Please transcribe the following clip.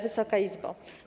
Wysoka Izbo!